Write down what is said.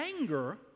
anger